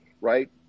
right